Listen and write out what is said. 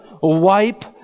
wipe